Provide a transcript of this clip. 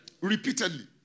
Repeatedly